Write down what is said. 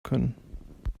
können